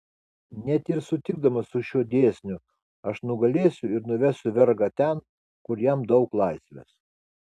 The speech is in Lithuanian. net ir sutikdamas su šiuo dėsniu aš nugalėsiu ir nuvesiu vergą ten kur jam daug laisvės